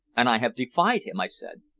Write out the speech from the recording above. and i have defied him, i said.